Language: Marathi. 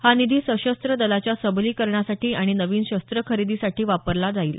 हा निधी सशस्त्र दलाच्या सबलीकरणासाठी आणि नवीन शस्त्रं खरेदी करण्याकरता वापरला जाईल